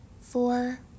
four